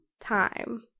time